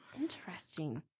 Interesting